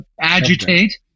agitate